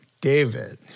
David